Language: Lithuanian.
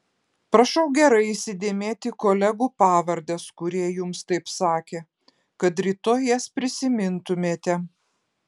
prašau gerai įsidėmėti kolegų pavardes kurie jums taip sakė kad rytoj jas prisimintumėte